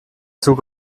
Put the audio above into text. zug